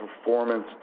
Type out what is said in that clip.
performance